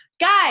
Guys